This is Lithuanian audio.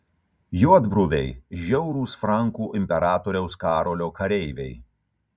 juodbruviai žiaurūs frankų imperatoriaus karolio kareiviai